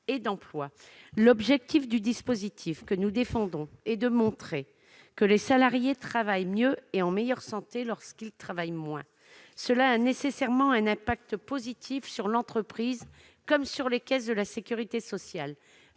L'objectif du dispositif que nous défendons est de montrer que les salariés travaillent mieux et sont en meilleure santé lorsqu'ils travaillent moins. Cela a nécessairement un impact positif sur l'entreprise comme sur les caisses de la sécurité sociale.